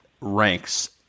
ranks